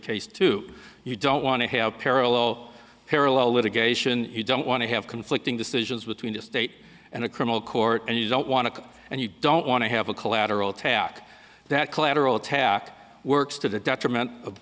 case to you don't want to have parallel parallel litigation you don't want to have conflicting decisions between the state and the criminal court and you don't want to and you don't want to have a collateral attack that collateral attack works to the detriment of